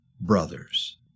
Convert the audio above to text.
Brothers